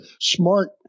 smart